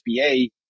SBA